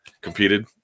competed